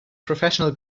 professional